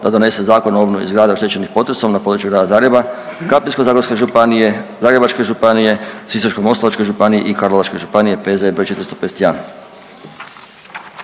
da donese Zakon o obnovi zgrada oštećenih potresom na području Grada Zagreba, Krapinsko-zagorske županije, Zagrebačke županije, Sisačko-moslavačke županije i Karlovačke županije P.Z. br.